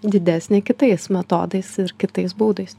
didesnė kitais metodais ir kitais būdais